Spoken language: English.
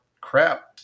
crap